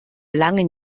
langen